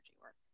work